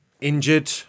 injured